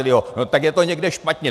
No tak je to někde špatně.